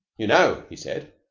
you know, he said,